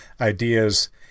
ideas